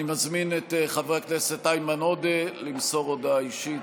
אני מזמין את חבר הכנסת איימן עודה למסור הודעה אישית,